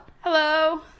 Hello